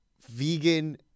vegan